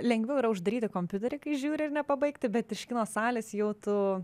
lengviau yra uždaryti kompiuterį kai žiūri ir nepabaigti bet iš kino salės jau tu